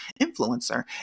influencer